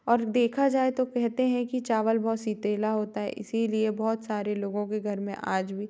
और देखा जाए तो कहते हैं कि चावल बहुत शीतेला होता है इसी लिए बहुत सारे लोगों के घर में आज भी